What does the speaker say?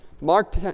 Mark